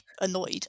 annoyed